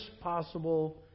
possible